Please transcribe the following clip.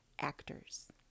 actors